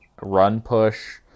run-push